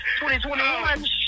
2021